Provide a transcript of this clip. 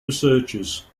researchers